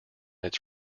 its